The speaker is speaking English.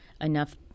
enough